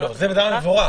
זה מבורך.